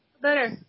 Better